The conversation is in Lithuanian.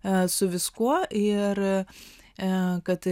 su viskuo ir kad